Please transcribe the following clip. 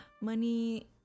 Money